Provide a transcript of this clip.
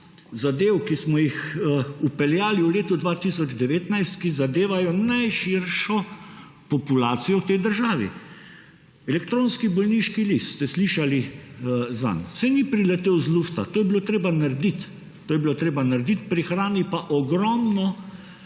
zadev, ki smo jih vpeljali v letu 2019, ki zadevajo najširšo populacijo v tej državi. Elektronski bolniški list. Ste slišali zanj? Saj ni priletel z lufta. To je bilo treba narediti. Prihrani pa ogromno